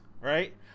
right